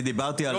אני דיברתי על